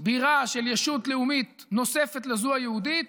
בירה של ישות לאומית נוספת לזו היהודית,